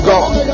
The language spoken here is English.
God